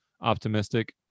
optimistic